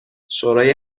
شورای